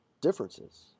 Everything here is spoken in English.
differences